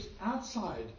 outside